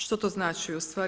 Što to znači?